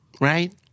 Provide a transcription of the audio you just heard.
Right